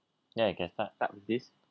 the I can start start with this